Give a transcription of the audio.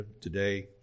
today